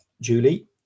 Julie